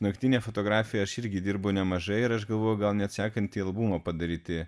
naktinė fotografija aš irgi dirbu nemažai ir aš galvoju gal net sekantį albumą padaryti